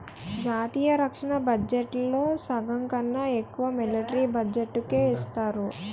జాతీయ రక్షణ బడ్జెట్లో సగంకన్నా ఎక్కువ మిలట్రీ బడ్జెట్టుకే ఇస్తారు